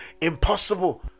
impossible